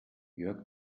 jörg